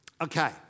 Okay